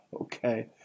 Okay